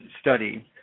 study